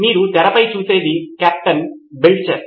మీరు తెరపై చూసేది కెప్టెన్ బెల్చర్